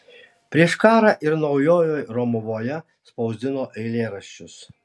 prieš karą ir naujojoj romuvoje spausdino eilėraščius